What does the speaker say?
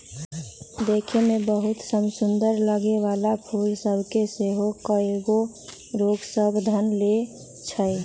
देखय में बहुते समसुन्दर लगे वला फूल सभ के सेहो कएगो रोग सभ ध लेए छइ